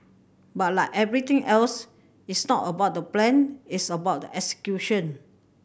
but like everything else it's not about the plan it's about the execution